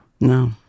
No